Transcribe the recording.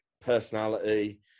personality